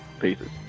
peace